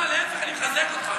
לא לא, להפך, אני מחזק אותך.